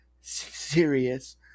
serious